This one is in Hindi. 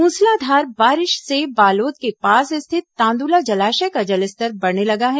मुसलाधार बारिश से बालोद के पास स्थित तांदुला जलाशय का जलस्तर बढ़ने लगा है